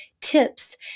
tips